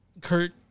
Kurt